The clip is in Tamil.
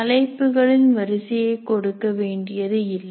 தலைப்புகளின் வரிசையை கொடுக்க வேண்டியது இல்லை